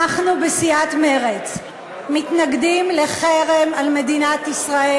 אנחנו בסיעת מרצ מתנגדים לחרם על מדינת ישראל,